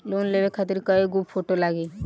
Loan लेवे खातिर कै गो फोटो लागी?